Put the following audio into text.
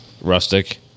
Rustic